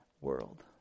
world